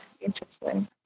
interesting